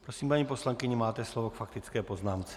Prosím, paní poslankyně, máte slovo k faktické poznámce.